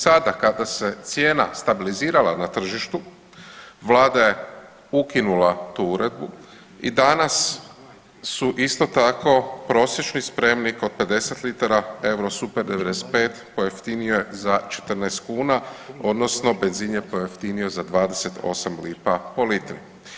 Sada kada se cijena stabilizirala na tržištu vlada je ukinula tu uredbu i danas su isto tako prosječni spremnik od 50 litara Eurosuper 95 pojeftinio je za 14 kuna odnosno benzin je pojeftinio za 28 lipa po litri.